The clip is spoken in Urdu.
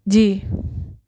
جی